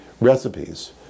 recipes